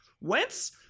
Wentz